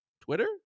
Twitter